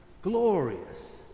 glorious